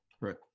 Right